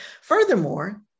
Furthermore